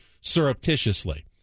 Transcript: surreptitiously